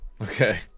Okay